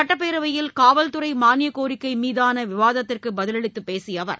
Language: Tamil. சட்டப்பேரவையில் காவல்துறை மானியக்கோரிக்கை மீதான விவாதத்திற்கு பதிலளித்துப் பேசிய அவர்